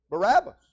Barabbas